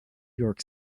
york